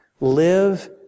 Live